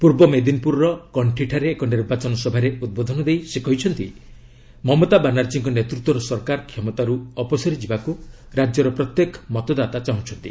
ପୂର୍ବ ମେଦିନୀପୁରର କଣ୍ଠିଠାରେ ଏକ ନିର୍ବାଚନ ସଭାରେ ଉଦ୍ବୋଧନ ଦେଇ ସେ କହିଛନ୍ତି ମମତା ବାନାର୍ଜୀଙ୍କ ନେତୃତ୍ୱର ସରକାର କ୍ଷମତାରୁ ଅପସରିଯିବାକୁ ରାଜ୍ୟର ପ୍ରତ୍ୟେକ ମତଦାତା ଚାହୁଁଛନ୍ତି